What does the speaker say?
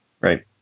right